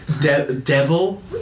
devil